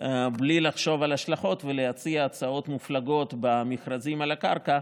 בלי לחשוב על ההשלכות ולהציע הצעות מופלגות במכרזים על הקרקע,